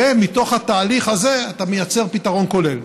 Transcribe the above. ומתוך התהליך הזה אתה מייצר פתרון כולל.